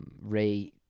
Ray